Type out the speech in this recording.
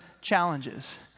challenges